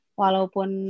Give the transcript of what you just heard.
walaupun